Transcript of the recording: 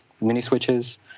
mini-switches